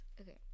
Okay